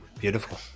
Beautiful